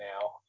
now